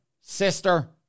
Sister